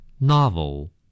Novel